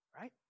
right